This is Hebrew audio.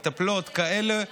מטפלות כאלה,